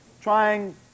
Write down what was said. trying